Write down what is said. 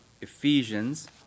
Ephesians